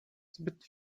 zbyt